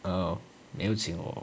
oh 没有请我